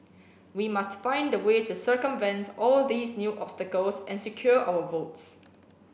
we must find a way to circumvent all these new obstacles and secure our votes